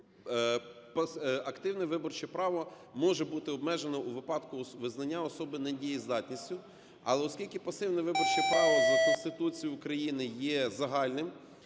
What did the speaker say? активне виборче право може бути обмежено у випадку визнання особи недієздатною, але оскільки пасивне виборче право за Конституцією України є загальним,